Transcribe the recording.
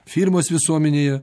firmos visuomenėje